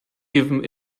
given